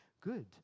good